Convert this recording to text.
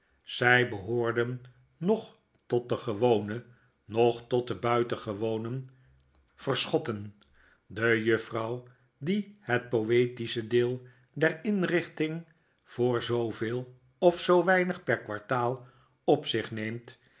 zy behoorden noch tot de gewone noch tot de buitengewone verschotten de juffrouw die het poetische deel der inrichting voor zooveel of zoo weinig per kwartaal op zich neemt